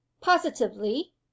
Positively